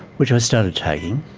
which i started taking,